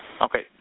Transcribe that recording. Okay